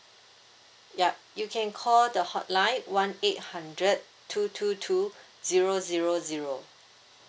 yup you can call the hotline one eight hundred two two two zero zero zero